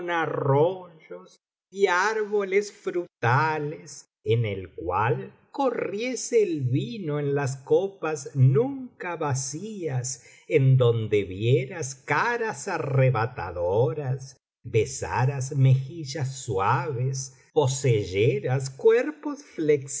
arroyos y árboles frutales en el cual corriese el vino en las copas nunca vacías en donde vieras caras arrebatadoras besaras mejillas suaves poseyeras cuerpos